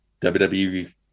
WWE